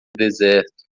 deserto